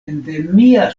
endemia